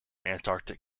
antarctic